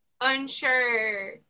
unsure